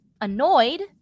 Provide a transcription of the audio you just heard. annoyed